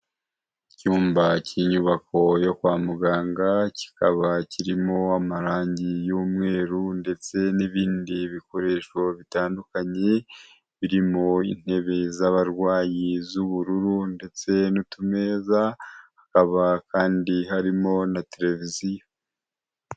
Icyumba cy'inyubako yo kwa muganga, kikaba kirimo amarangi y'umweru ndetse n'ibindi bikoresho bitandukanye, birimo ntebe z'abarwayi z'ubururu ndetse n'utumeza, hakaba kandi harimo na televiziyo.